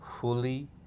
fully